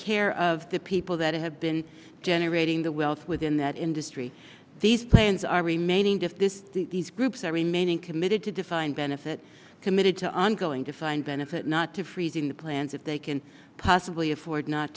care of the people that have been generating the wealth within that industry these plans are remaining just this these groups are remaining committed to defined benefit committed to ongoing defined benefit not to freezing the plans if they can possibly afford not